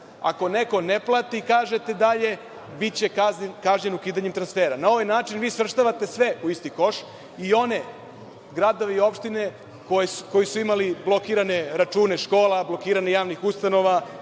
ako neko ne plati, kažete dalje – biće kažnjen ukidanjem transfera. Na ovaj način vi svrstavate sve u isti koš i one gradove i opštine koji su imali blokirane račune škola, blokiranje javnih ustanova,